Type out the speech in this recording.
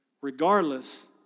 regardless